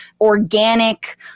organic